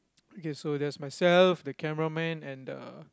okay so there's myself the cameraman and the